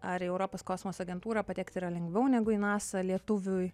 ar į europos kosmoso agentūrą patekt yra lengviau negu į nasą lietuviui